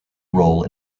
role